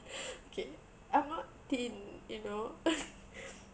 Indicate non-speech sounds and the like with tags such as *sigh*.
*breath* okay I'm not thin you know *laughs*